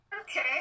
Okay